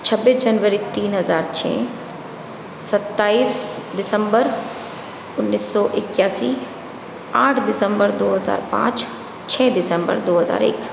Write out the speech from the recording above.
छब्बीस जनवरी तीन हज़ार छ सत्ताईस दिसम्बर उन्नीस सौ इक्यासी आठ दिसम्बर दो हज़ार पाँच छ दिसम्बर दो हज़ार एक